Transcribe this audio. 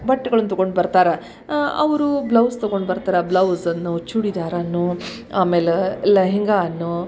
ಬಟ್ಟೆಗಳನ್ನು ತೊಗೊಂಡು ಬರ್ತಾರೆ ಅವರು ಬ್ಲೌಸ್ ತೊಗೊಂಡು ಬರ್ತಾರೆ ಬ್ಲೌಝನ್ನು ಚೂಡಿದಾರನ್ನು ಆಮೇಲೆ ಲೆಹೆಂಗವನ್ನು